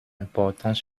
important